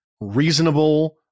reasonable